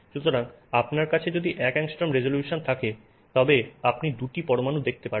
সুতরাং আপনার কাছে যদি 1 অ্যাংস্ট্রোম রেজোলিউশন থাকে তবে আপনি 2 টি পরমাণু দেখতে পারবেন